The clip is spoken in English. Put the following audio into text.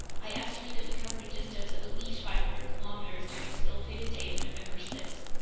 i estimate that we covered a distance of at least five hundred kilometers during this ill-fated day of november six.